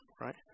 right